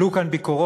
עלו כאן ביקורות